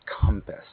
compass